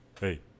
Hey